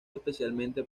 especialmente